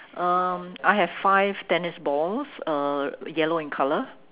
um I have five tennis balls uh yellow in color